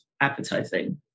Appetizing